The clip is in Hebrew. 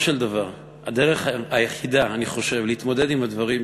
של דבר הדרך היחידה להתמודד עם הדברים,